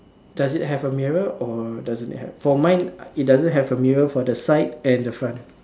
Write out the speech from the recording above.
does it have a mirror or does it have for mine it doesn't have a mirror for the side and the front